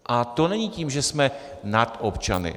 A to není tím, že jsme nad občany.